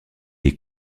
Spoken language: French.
est